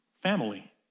family